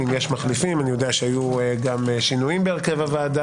אני יודע שהיו שינויים בהרכב הוועדה